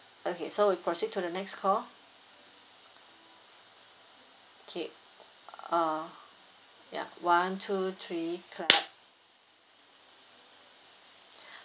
okay so we proceed to the next call K uh ya one two three clap